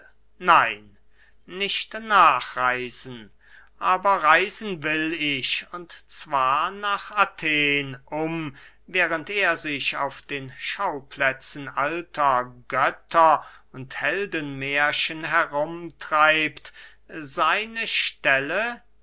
nein nicht nachreisen aber reisen will ich und zwar nach athen um während er sich auf den schauplätzen alter götter und heldenmährchen herum treibt seine stelle